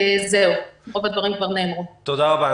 תודה רבה.